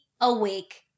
awake